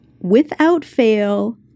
without-fail